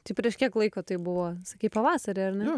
čia prieš kiek laiko tai buvo sakei pavasarį ar ne